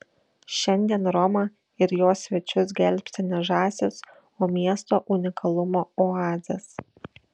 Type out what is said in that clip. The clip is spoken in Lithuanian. šiandien romą ir jos svečius gelbsti ne žąsys o miesto unikalumo oazės